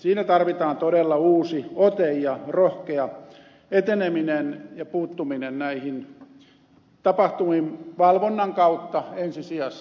siinä tarvitaan todella uusi ote ja rohkea eteneminen ja puuttuminen näihin tapahtumiin valvonnan kautta ensi sijassa